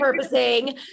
repurposing